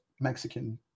Mexican